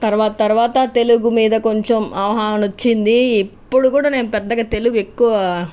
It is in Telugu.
తర్వాత తర్వాత తెలుగు మీద కొంచెం అవగహానన వచ్చింది ఇప్పుడు కూడా నేను పెద్దగా తెలుగు ఎక్కువ